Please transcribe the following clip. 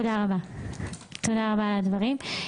תודה רבה על הדברים.